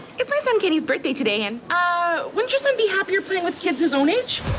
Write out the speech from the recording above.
it's my son kenny's birthday today, and ah wouldn't your sun be happier playing with kids his own age?